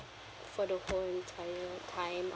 for the whole entire time